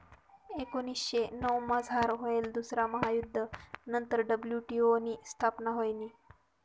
एकोनीसशे नऊमझार व्हयेल दुसरा महायुध्द नंतर डब्ल्यू.टी.ओ नी स्थापना व्हयनी